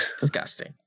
disgusting